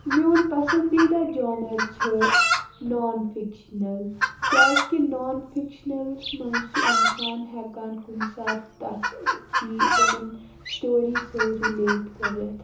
میون پَسنٛدیٖدہ جانَر چھِ نان فِکشنَل کیٛازِکہِ نان فِکشنَلَس منٛز چھِ اِنسان ہٮ۪کان کُنہِ ساتہٕ تَتھ چی تٕمَن سٹوری سۭتۍ رِلیٹ کٔرِتھ